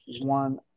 one